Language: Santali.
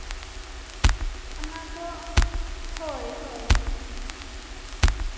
ᱚᱱᱟ ᱫᱚ ᱦᱳᱭ ᱦᱳᱭ